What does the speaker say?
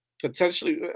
potentially